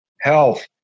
health